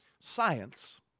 science